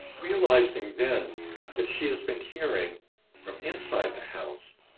realizing then that she has been hearing from inside the house,